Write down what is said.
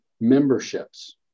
memberships